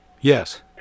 yes